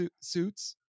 suits